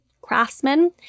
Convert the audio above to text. craftsmen